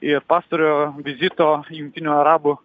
ir pastarojo vizito jungtinių arabų